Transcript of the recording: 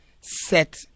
set